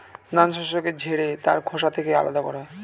ধান শস্যকে ঝেড়ে তার খোসা থেকে আলাদা করা হয়